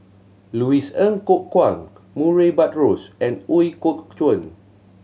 Louis Ng Kok Kwang Murray Buttrose and Ooi Kok Chuen